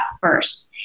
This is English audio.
first